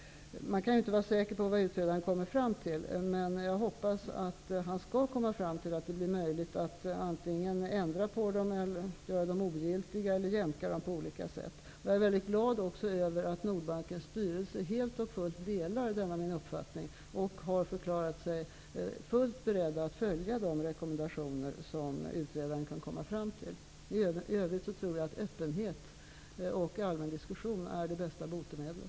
Man kan inte vara säker på vad utredaren kommer fram till, men jag hoppas att han skall komma fram till att det blir möjligt att antingen ändra på dem, göra dem ogiltiga eller jämka dem på olika sätt. Jag är mycket glad över att Nordbankens styrelse helt och fullt delar denna uppfattning. Den har förklarat sig beredd att följa de rekommendationer som utredaren kan komma fram till. I övrigt tror jag att öppenhet och allmän diskussion är det bästa botemedlet.